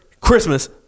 Christmas